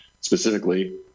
specifically